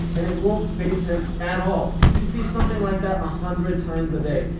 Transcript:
and it won't phase him at all. he sees something like that a hundred times a day,